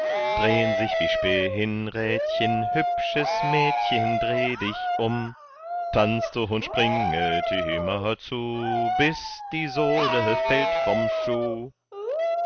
dreh'n sich wie spinnrädchen hübsches mädchen dreh dich um tanzt und springet immer zu bis die sohle fällt vom schuh